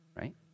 right